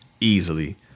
Easily